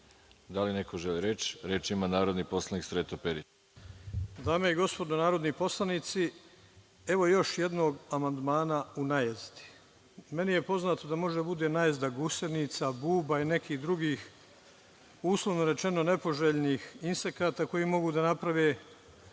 li neko želi reč? Reč ima narodni poslanik Sreto Perić. **Sreto Perić** Dame i gospodo narodni poslanici, evo još jednog amandmana u najezdi. Meni je poznato da može da bude najezda gusenica, buba i nekih drugih, uslovno rečeno, nepoželjnih insekata koji mogu da naprave